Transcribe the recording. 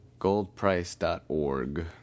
goldprice.org